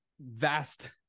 vast